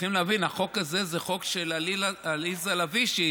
צריכים להבין שהחוק הזה הוא חוק של עליזה לביא,